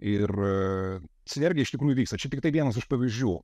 ir sinergija iš tikrųjų vyksta čia tiktai vienas iš pavyzdžių